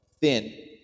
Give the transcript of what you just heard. thin